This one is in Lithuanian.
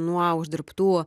nuo uždirbtų